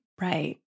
Right